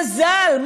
מזל,